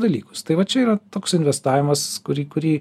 dalykus tai va čia yra toks investavimas kurį kurį